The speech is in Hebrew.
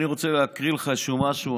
אני רוצה להקריא לך איזשהו משהו,